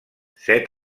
set